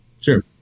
Sure